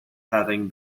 having